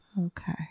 Okay